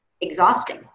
exhausting